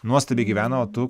nuostabiai gyvena o tu